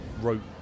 wrote